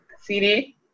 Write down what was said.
CD